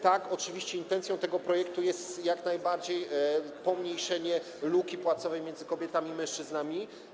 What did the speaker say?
Tak, oczywiście intencją tego projektu jest jak najbardziej pomniejszenie luki płacowej między kobietami i mężczyznami.